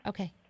Okay